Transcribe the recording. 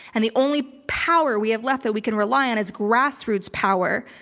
and the only power we have left that we can rely on is grassroots power.